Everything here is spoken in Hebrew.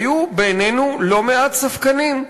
היו בינינו לא מעט ספקנים,